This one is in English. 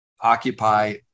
occupy